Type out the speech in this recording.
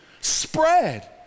spread